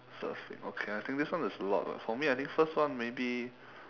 surfing okay I think this one there's a lot lah for me I think first one maybe